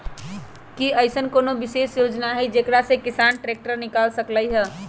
कि अईसन कोनो विशेष योजना हई जेकरा से किसान ट्रैक्टर निकाल सकलई ह?